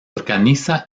organiza